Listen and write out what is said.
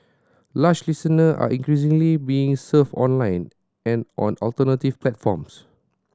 lush listener are increasingly being served online and on alternative platforms